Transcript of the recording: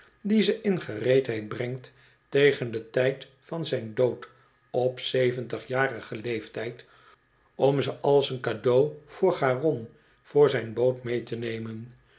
die ze in gereedheid brengt tegen den tijd van zijn dood op zeventigjarigen leeftijd om ze als een cadeau voor charon voor zijn boot mee te nemen